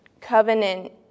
covenant